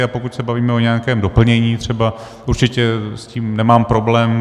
A pokud se bavíme o nějakém doplnění třeba, určitě s tím nemám problém.